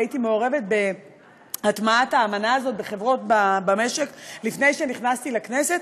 והייתי מעורבת בהטמעת האמנה הזאת בחברות במשק עוד לפני שנכנסתי לכנסת,